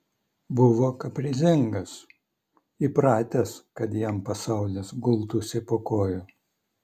buvo kaprizingas įpratęs kad jam pasaulis gultųsi po kojų